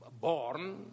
born